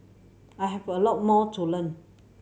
I have a lot more to learn